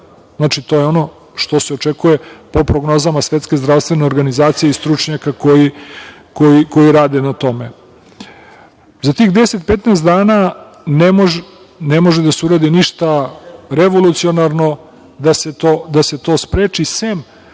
Znači, to je ono što se očekuje po prognozama Svetske zdravstvene organizacije i stručnjaka koji rade na tome. Za tih 10-15 dana ne može da se uradi ništa revolucionarno da se to spreči, sem